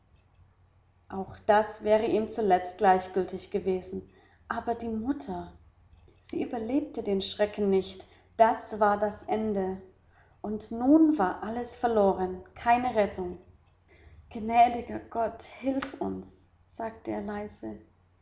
auch das wäre ihm zuletzt gleichgültig gewesen aber die mutter sie überlebte den schrecken nicht das war das ende und nun war alles verloren keine rettung gnädiger gott hilf uns sagte er leise